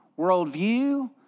worldview